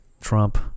Trump